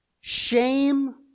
shame